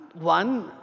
one